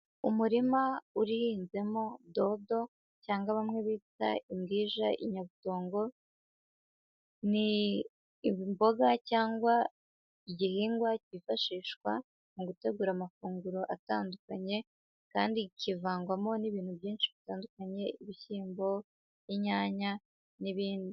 Umurima uhinzemo dodo cyangwa bamwe bita imbwija inyabutongo. Ni imboga cyangwa igihingwa kifashishwa mu gutegura amafunguro atandukanye kandi kivangwamo n'ibintu byinshi bitandukanye ibishyimbo, inyanya n'ibindi.